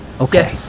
Okay